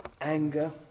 anger